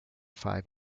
five